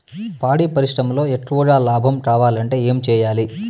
పాడి పరిశ్రమలో ఎక్కువగా లాభం కావాలంటే ఏం చేయాలి?